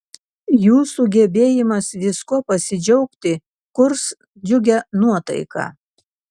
jūsų gebėjimas viskuo pasidžiaugti kurs džiugią nuotaiką